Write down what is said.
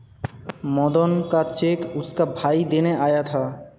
मदन का चेक उसका भाई देने आया था